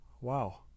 Wow